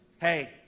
Hey